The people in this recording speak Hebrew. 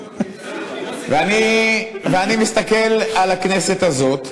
אני מסתכל על הכנסת הזאת,